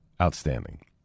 Outstanding